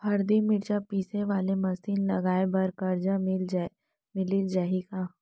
हरदी, मिरचा पीसे वाले मशीन लगाए बर करजा मिलिस जाही का?